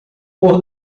pôr